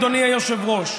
אדוני היושב-ראש,